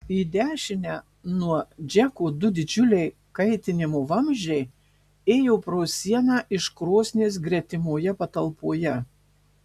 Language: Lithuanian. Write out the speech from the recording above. į dešinę nuo džeko du didžiuliai kaitinimo vamzdžiai ėjo pro sieną iš krosnies gretimoje patalpoje